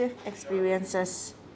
experiences